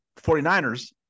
49ers